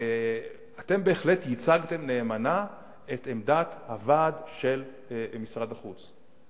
אתם בהחלט ייצגתם נאמנה את עמדת הוועד של משרד החוץ,